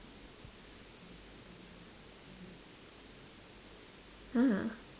!huh!